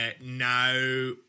now